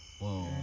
Whoa